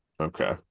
Okay